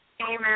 Amen